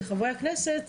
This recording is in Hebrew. לחברי הכנסת,